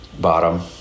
bottom